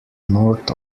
north